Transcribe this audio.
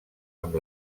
amb